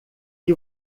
que